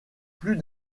plus